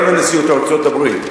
לא לנשיאות ארצות-הברית.